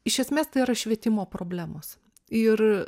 iš esmės tai yra švietimo problemos ir